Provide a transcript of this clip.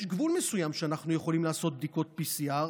יש גבול מסוים שאנחנו יכולים לעשות בדיקות PCR,